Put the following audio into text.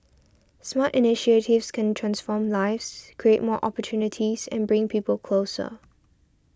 smart initiatives can transform lives create more opportunities and bring people closer